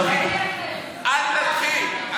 אל תתחיל.